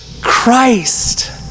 Christ